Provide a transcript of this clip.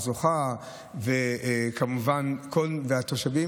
אז הרכבות כבר יכולות לנסוע,